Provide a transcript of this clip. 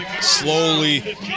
slowly